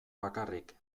bakarrik